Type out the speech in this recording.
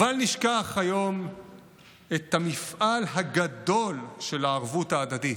ובל נשכח היום את המפעל הגדול של הערבות ההדדית,